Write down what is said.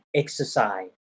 exercise